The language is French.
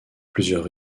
plusieurs